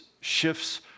shifts